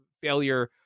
failure –